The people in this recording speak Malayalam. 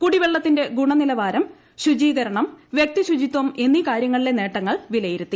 കുടിവെള്ളത്തിന്റെ ഗുണനിലവാരം ശു്ചൂീകരണം വ്യക്തി ശുചിത്വം എന്നീ കാര്യങ്ങളിലെ നേട്ടങ്ങൾ വിലയിരുത്തി